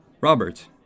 Robert